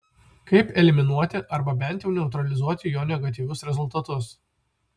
kaip eliminuoti arba bent jau neutralizuoti jo negatyvius rezultatus